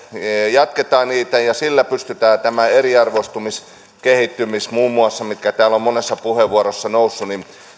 jatketaan sillä pystytään tätä eriarvoistumiskehitystä muun muassa mikä täällä on monessa puheenvuorossa noussut